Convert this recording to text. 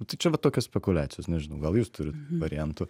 tai čia vat tokios spekuliacijos nežinau gal jūs turit variantų